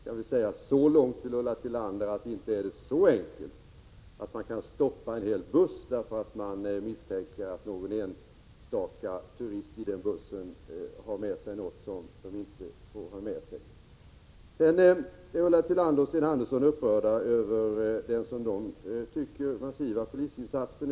Jag vill dock säga så mycket till Ulla Tillander att det inte är så enkelt att man kan stoppa en buss bara därför att man misstänker att någon enstaka turist i den bussen medför något som man inte får ha med sig. Ulla Tillander och Sten Andersson i Malmö är upprörda över den — som de tycker — massiva polisinsatsen.